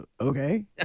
Okay